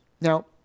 Now